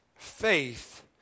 Faith